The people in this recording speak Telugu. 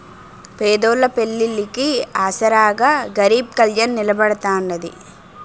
పేదోళ్ళ పెళ్లిళ్లికి ఆసరాగా గరీబ్ కళ్యాణ్ నిలబడతాన్నది